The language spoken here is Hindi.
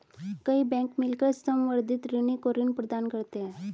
कई बैंक मिलकर संवर्धित ऋणी को ऋण प्रदान करते हैं